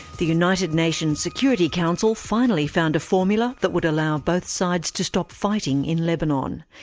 the united nations security council finally found a formula that would allow both sides to stop fighting in lebanon.